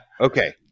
Okay